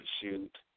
shoot